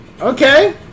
Okay